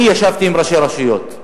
אני ישבתי עם ראשי הרשויות,